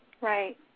Right